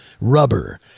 rubber